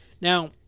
Now